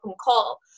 call